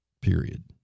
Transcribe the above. period